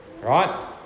right